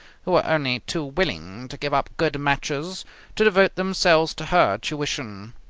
who were only too willing to give up good matches to devote themselves to her tuition.